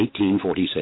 1846